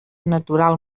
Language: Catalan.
natural